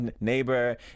neighbor